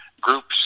groups